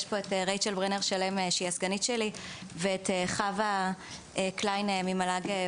נמצאת כאן רייצ'ל ברנר שלם שהיא הסגנית שלי וחברה קליין ממל"ג-ות"ת.